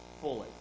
fully